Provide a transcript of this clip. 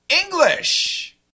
English